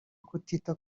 kutita